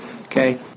okay